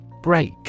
Break